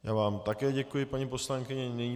Já vám také děkuji, paní poslankyně.